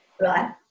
right